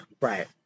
Right